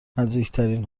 نزدیکترین